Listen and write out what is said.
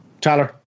Tyler